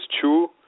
true